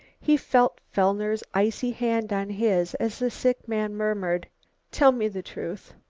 he felt fellner's icy hand on his as the sick man murmured tell me the truth!